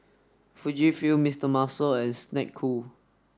Fujifilm Mister Muscle and Snek Ku